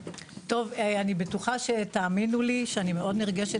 אני בטוחה שתאמינו לי שאני מאוד נרגשת